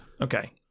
Okay